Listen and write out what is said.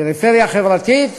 פריפריה חברתית